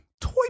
toy